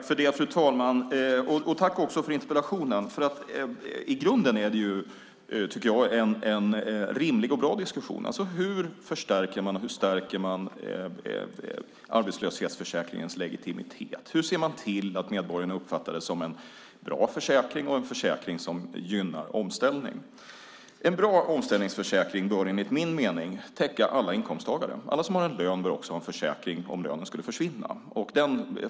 Fru talman! Jag vill tacka för interpellationen. I grunden är det en rimlig och bra diskussion: Hur förstärker och ökar man arbetslöshetsförsäkringens legitimitet? Hur ser man till att medborgarna uppfattar det som en bra försäkring och en försäkring som gynnar omställning? En bra omställningsförsäkring bör enligt min mening täcka alla inkomsttagare. Alla som har en lön bör också ha en försäkring om lönen skulle försvinna.